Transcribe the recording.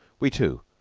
we, too,